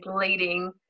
leading